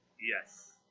Yes